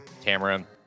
Tamara